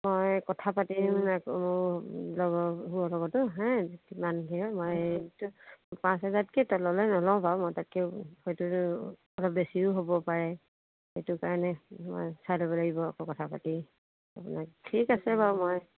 মই কথা পাতি আকৌ মই পাঁচ হেজাৰত কে তললে নলওঁ বাৰু মই তাতকে হয়তো অলপ বেছিও হ'ব পাৰে সেইটো কাৰণে মই চাই ল'ব লাগিব আকৌ কথা পাতি আপোনাক ঠিক আছে বাৰু মই